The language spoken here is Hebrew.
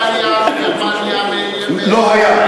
עלייה מגרמניה לא היה.